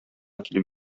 килеп